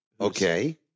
Okay